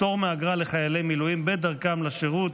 פטור מאגרה לחיילי מילואים בדרכם לשירות),